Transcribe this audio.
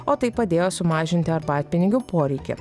o tai padėjo sumažinti arbatpinigių poreikį